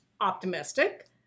optimistic